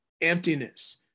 emptiness